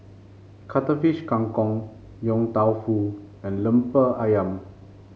Cuttlefish Kang Kong Yong Tau Foo and lemper ayam